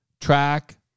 track